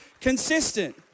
consistent